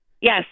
Yes